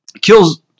kills